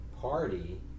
party